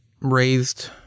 raised